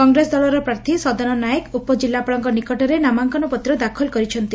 କଂଗ୍ରେସ ଦଳର ପ୍ରାର୍ଥୀ ସଦନ ନାଏକ ଉପଜିଲ୍ଲାପାଳଙ୍କ ନିକଟରେ ନାମାଙ୍କନପତ୍ର ଦାଖଲ କରିଛନ୍ତି